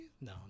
No